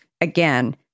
Again